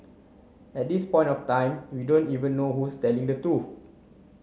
at this point of time we don't even know who's telling the truth